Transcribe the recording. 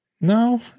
no